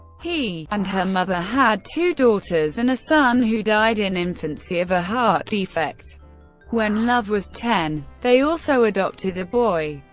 he and her mother had two daughters and a son who died in infancy of a heart defect when love was ten. they also adopted a boy.